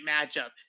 matchup